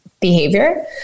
behavior